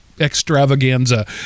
extravaganza